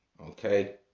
Okay